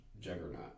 Juggernaut